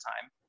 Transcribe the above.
time